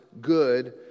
good